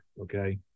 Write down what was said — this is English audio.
okay